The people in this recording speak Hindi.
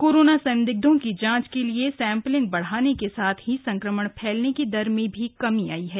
कोरोना संदिग्धों की जांच के लिए सैंपलिंग बढ़ाने के साथ ही संक्रमण फैलने की दर में भी कमी आई है